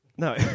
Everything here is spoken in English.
no